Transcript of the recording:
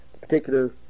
particular